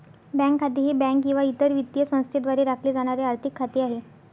bank खाते हे bank किंवा इतर वित्तीय संस्थेद्वारे राखले जाणारे आर्थिक खाते आहे